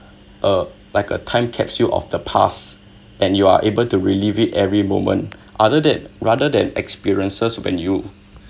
uh like a time capsule of the past and you are able to relieve it every moment other than rather than experiences when you